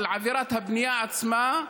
על עבירת הבנייה עצמה,